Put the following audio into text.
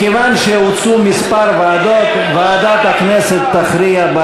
לדיון מוקדם בוועדה שתקבע ועדת הכנסת נתקבלה.